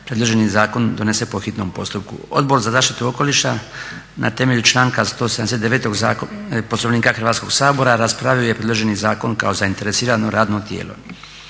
predloženi zakon donese po hitnom postupku. Odbor za zaštitu okoliša na temelju članka 179. Poslovnika Hrvatskog sabora raspravio je predloženi zakon kao zainteresirano radno tijelo.